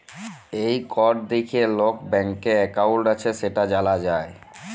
এই কড দ্যাইখে কল ব্যাংকে একাউল্ট আছে সেট জালা যায়